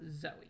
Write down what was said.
Zoe